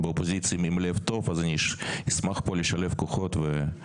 מהאופוזיציה עם לב טוב אז אני אשמח פה לשלב כוחות ולסייע.